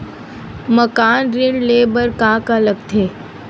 मकान ऋण ले बर का का लगथे?